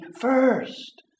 first